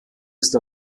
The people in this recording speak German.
ist